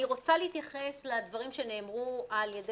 אני רוצה להתייחס לדברים שנאמרו על ידי